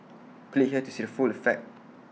click here to see the full effect